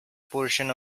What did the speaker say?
portion